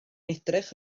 edrych